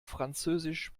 französisch